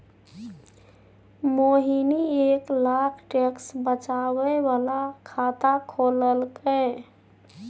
मोहिनी एक लाख टैक्स बचाबै बला खाता खोललकै